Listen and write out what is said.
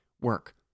work